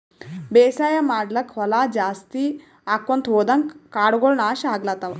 ಬೇಸಾಯ್ ಮಾಡ್ಲಾಕ್ಕ್ ಹೊಲಾ ಜಾಸ್ತಿ ಆಕೊಂತ್ ಹೊದಂಗ್ ಕಾಡಗೋಳ್ ನಾಶ್ ಆಗ್ಲತವ್